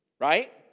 Right